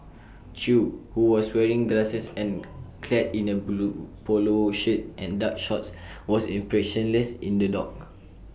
chew who was wearing glasses and clad in A blue Polo shirt and dark shorts was expressionless in the dock